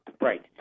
Right